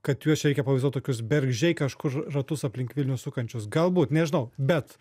kad juos čia reikia pavaizduot tokius bergždžiai kažkur ratus aplink vilnių sukančius galbūt nežinau bet